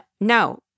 no